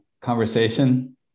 conversation